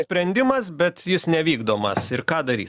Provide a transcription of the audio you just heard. sprendimas bet jis nevykdomas ir ką daryt